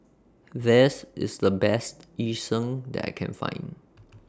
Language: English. This IS The Best Yu Sheng that I Can Find